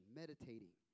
meditating